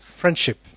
friendship